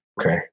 Okay